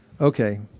Okay